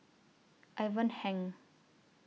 Ivan Heng